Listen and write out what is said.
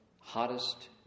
hottest